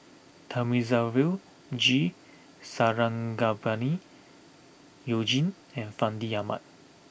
Thamizhavel G Sarangapani you Jin and Fandi Ahmad